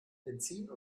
benzin